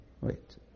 wait